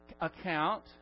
account